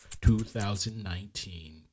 2019